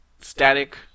static